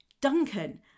duncan